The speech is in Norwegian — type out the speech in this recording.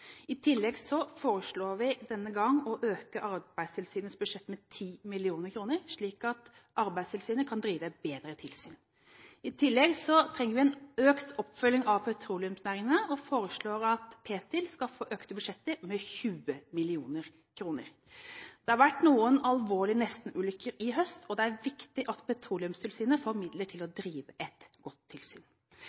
I tillegg foreslår vi denne gangen å øke Arbeidstilsynets budsjett med 10 mill. kr, slik at Arbeidstilsynet kan drive bedre tilsyn. I tillegg trenger vi økt oppfølging av petroleumsnæringene og foreslår at Ptil skal få økte budsjetter med 20 mill. kr. Det har vært noen alvorlige nestenulykker i høst, og det er viktig at Petroleumstilsynet får midler til å drive et godt tilsyn.